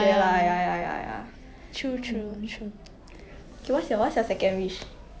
but I would say like I want to be in a stable position in terms of like finance